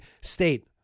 state